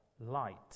light